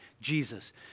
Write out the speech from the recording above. Jesus